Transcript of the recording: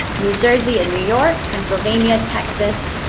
new jersey and new york, pennsylvania, texas,